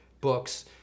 books